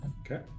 Okay